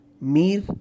Mir